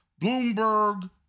Bloomberg